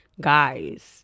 guys